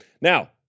Now